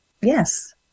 yes